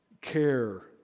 Care